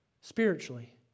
spiritually